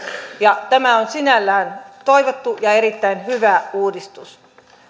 ja tämä on sinällään toivottu ja erittäin hyvä uudistus